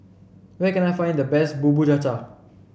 where can I find the best Bubur Cha Cha